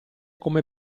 come